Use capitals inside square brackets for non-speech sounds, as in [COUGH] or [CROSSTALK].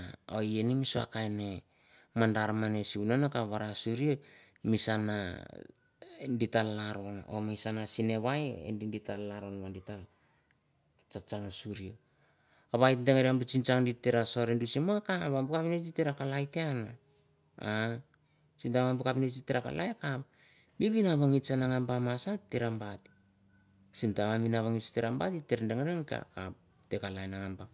[HESITATION] O eia ni mi sua kain mandar mene, sivunan a kap varasuria misana di ta lalron o misana sinavai e di di ta lalron va di ta tsa tsang suria. Va it dengarian bu tsingtsang di te ra sor duis mo a kap bu kapinots git te ra kalai te an. Sim taim bu kapinots di te ra kalai akap mi vinavangits nangaba te ra bat. Sim taim mi vinavangits tete ra bait a bit te ra dengari va kap, te kalai nangaba